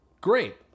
Great